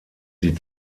die